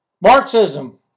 Marxism